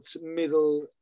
middle